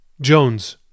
Jones